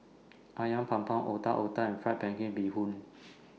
Ayam Panggang Otak Otak and Fried Pan Crispy Bee Hoon